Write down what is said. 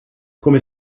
come